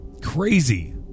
Crazy